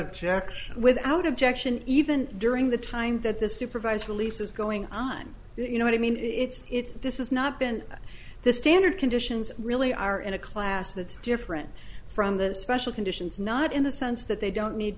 objection without objection even during the time that the supervised release is going on you know i mean it's it's this is not been the standard conditions really are in a class that's different from the special conditions not in the sense that they don't need